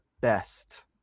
best